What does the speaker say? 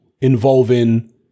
involving